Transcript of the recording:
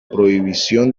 prohibición